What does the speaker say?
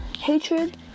hatred